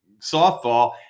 softball